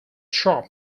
shop